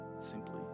Simply